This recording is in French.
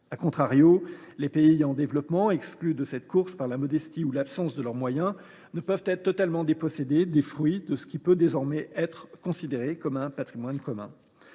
les pays en développement, exclus de cette course en raison de la modestie – voire de l’absence – de leurs moyens, ne peuvent être totalement dépossédés des fruits de ce qui peut désormais être considéré comme un patrimoine commun.